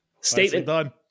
Statement